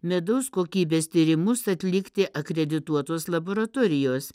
medaus kokybės tyrimus atlikti akredituotos laboratorijos